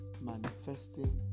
manifesting